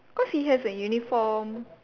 cause he has a uniform